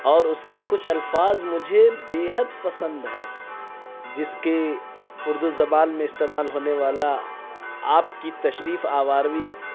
اور اُس کے کچھ الفاظ مجھے بے حد پسند ہے جس کے اُردو زبان میں استعمال ہونے والا آپ کی تشریف آوری